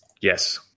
Yes